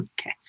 Okay